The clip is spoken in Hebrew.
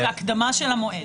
ההקדמה של המועד.